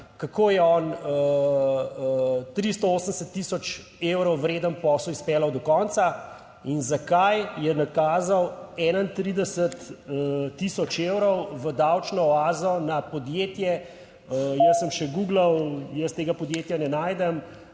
Kako je on 380 tisoč evrov vreden posel izpeljal do konca? In zakaj je nakazal 31 tisoč evrov v davčno oazo na podjetje, jaz sem še googlal, jaz tega podjetja ne najdem,